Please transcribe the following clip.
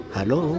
Hello